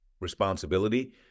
responsibility